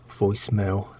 voicemail